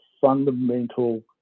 fundamental